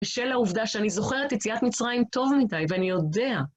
ושל העובדה שאני זוכר אצ יציאת מצרים טוב מדי, ואני יודע